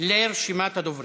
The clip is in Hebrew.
לרשימת הדוברים.